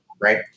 right